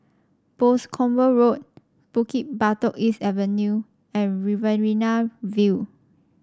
Boscombe Road Bukit Batok East Avenue and Riverina View